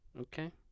Okay